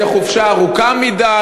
זאת חופשה ארוכה מדי,